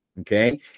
Okay